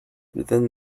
than